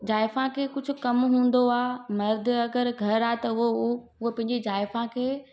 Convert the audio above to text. ज़ाइफ़ां के कुझु कमु हूंदो आहे मर्दु अगरि घर आहे त व उहो उहो पंहिंजी ज़ाइफ़ां खे